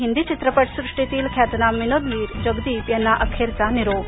हिंदी चित्रपटसृष्टीतील ख्यातनाम विनोदवीर जगदीप यांना अखेरचा निरोप